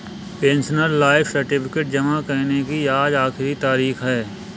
pensioner life certificate जमा करने की आज आखिरी तारीख है